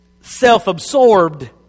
self-absorbed